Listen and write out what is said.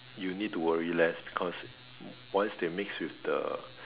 you need to worry less because once they mix with the